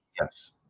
Yes